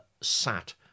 sat